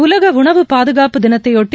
உலகஉணவு பாதுகாப்புத் தினத்தையொட்டி